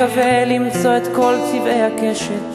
ואני מאמין שנשיא ארצות-הברית נחוש לעשות זאת.